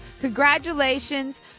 Congratulations